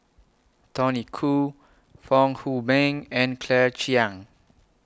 Tony Khoo Fong Hoe Beng and Claire Chiang